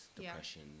depression